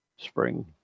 Spring